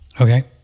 Okay